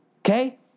Okay